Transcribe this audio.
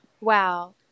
wow